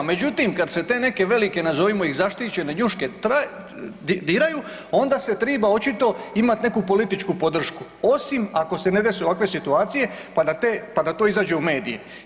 Međutim, kad se te neke velike nazovimo ih zaštićene njuške diraju onda se triba očito imati neku političku podršku osim ako se ne dese ovakve situacije pa da te, pa da to izađe u medije.